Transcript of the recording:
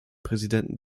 präsidenten